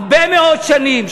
הרבה מאוד שנים,